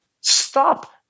stop